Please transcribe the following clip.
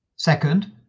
Second